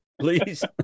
Please